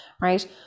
right